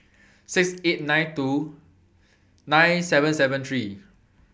six eight nine two nine seven seven three